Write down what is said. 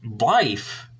life